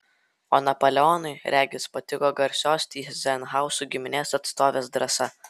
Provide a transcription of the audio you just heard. o napoleonui regis patiko garsios tyzenhauzų giminės atstovės drąsa